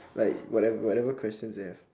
like whatever whatever questions you have